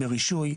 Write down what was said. ברישוי,